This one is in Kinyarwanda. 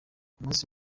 umunsi